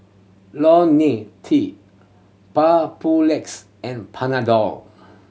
Lonil T Papulex and Panadol